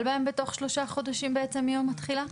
בהם בתוך שלושה חודשים בעצם מיום התחילה?